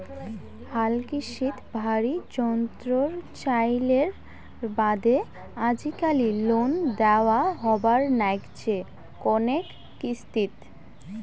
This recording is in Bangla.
হালকৃষিত ভারী যন্ত্রর চইলের বাদে আজিকালি লোন দ্যাওয়া হবার নাইগচে কণেক কিস্তিত